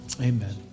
Amen